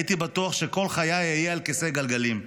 הייתי בטוח שכל חיי אהיה על כיסא גלגלים,